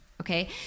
Okay